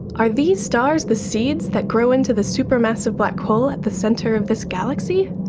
are these stars the seeds that grow into the supermassive black hole at the centre of this galaxy?